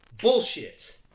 Bullshit